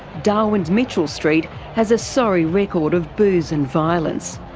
darwin's mitchell street has a sorry record of booze and violence.